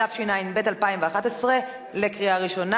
התשע"ב 2011, קריאה ראשונה.